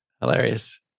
hilarious